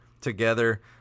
together